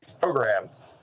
programs